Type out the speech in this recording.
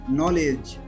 knowledge